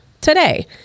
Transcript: today